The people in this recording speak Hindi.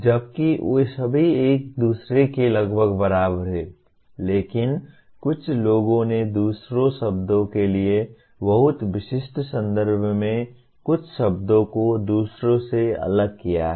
जबकि वे सभी एक दूसरे के लगभग बराबर हैं लेकिन कुछ लोगों ने दूसरे शब्दों के लिए बहुत विशिष्ट संदर्भ में कुछ शब्दों को दूसरों से अलग किया है